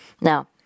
Now